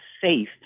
safe